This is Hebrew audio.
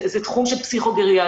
זה תחום של פסיכו-גריאטריה.